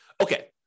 Okay